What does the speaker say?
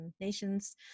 nations